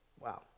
Wow